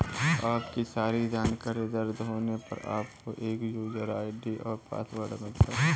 आपकी सारी जानकारी दर्ज होने पर, आपको एक यूजर आई.डी और पासवर्ड मिलता है